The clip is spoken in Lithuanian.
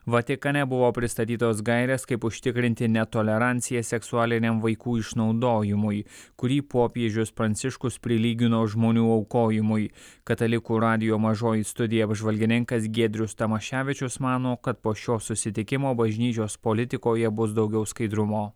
vatikane buvo pristatytos gairės kaip užtikrinti netoleranciją seksualiniam vaikų išnaudojimui kurį popiežius pranciškus prilygino žmonių aukojimui katalikų radijo mažoji studija apžvalgininkas giedrius tamaševičius mano kad po šio susitikimo bažnyčios politikoje bus daugiau skaidrumo